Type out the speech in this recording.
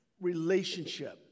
relationship